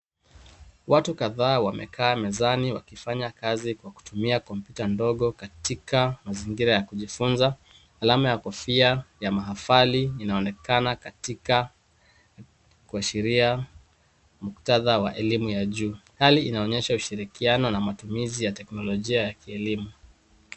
Watu kataa wamekaa mezani wakifanya kazi kutumia kompyuta ndogo katika mazingira ya kujifunza alama ya kofia ya mavali inaonekana katika kuashiria muktata wa elimu ya juu, hali inaonyesha ushirikiano na matumizi ya teknolojia ya kielimu.